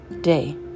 day